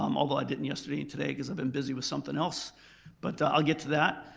um although i didn't yesterday and today because i've been busy with something else but i'll get to that.